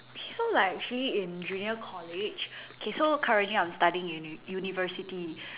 okay so like actually in junior college K so currently I'm studying uni~ university